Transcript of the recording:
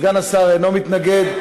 סגן השר אינו מתנגד.